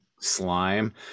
slime